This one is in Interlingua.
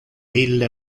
ille